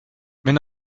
wenn